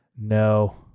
No